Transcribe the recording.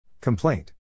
Complaint